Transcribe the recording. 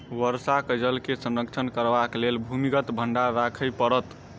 वर्षाक जल के संरक्षण करबाक लेल भूमिगत भंडार राखय पड़त